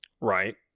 Right